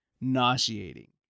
nauseating